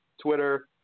twitter